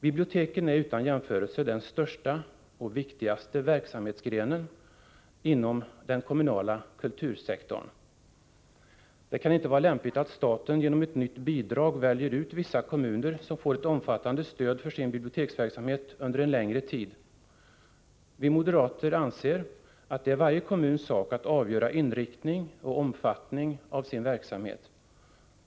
Biblioteken är utan jämförelse den största och viktigaste verksamhetsgrenen inom den kommunala kultursektorn. Det kan inte vara lämpligt att staten genom ett nytt bidrag väljer ut vissa kommuner, som får ett omfattande stöd för sin biblioteksverksamhet under en längre tid. Vi moderater anser att det är varje kommuns sak att avgöra inriktning och omfattning av sin verksamhet.